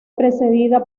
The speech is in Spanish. precedida